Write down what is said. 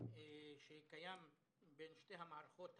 שקיים בין שתי המערכות הכלליות,